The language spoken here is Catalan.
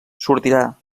sortirà